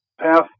path